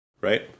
right